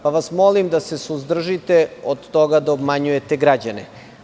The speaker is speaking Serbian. Pa vas molim da se suzdržite od toga da obmanjujete građane.